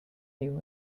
new